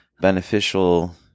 beneficial